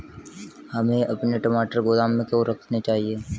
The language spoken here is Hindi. हमें अपने टमाटर गोदाम में क्यों रखने चाहिए?